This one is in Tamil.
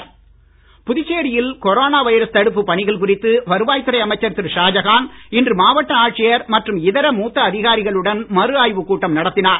ஷாஜகான் புதுச்சேரியில் கொரோனா வைரஸ் தடுப்பு பணிகள் குறித்து வருவாய் துறை அமைச்சர் திரு ஷாஜகான் இன்று மாவட்ட ஆட்சியர் மற்றும் இதா மூத்த அதிகாரிகளுடன் மறு ஆய்வு கூட்டம் நடத்தினார்